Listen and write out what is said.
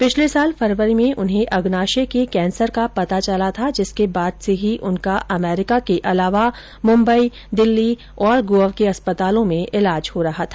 पिछले साल फरवरी में उन्हें अग्नाशय के कैंसर का पता चला था जिसके बाद से ही उनका अमेरिका के अलावा मुंबई दिल्ली और गोवा के अस्पतालों में ईलाज हो रहा था